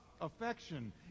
affection